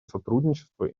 сотрудничества